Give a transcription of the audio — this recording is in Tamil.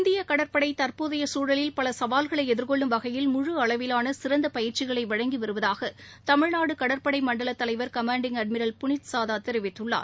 இந்திய கடற்படை தற்போதைய சூழலில் பல கவால்களை எதிர்கொள்ளும் வகையில் முழு அளவிலான சிறந்த பயிற்சிகளை வழங்கி வருவதாக தமிழ்நாடு கடற்படை மண்டல தலைவர் கமாண்டிங் அட்மிரல் புனித் சாதா தெரிவித்துள்ளார்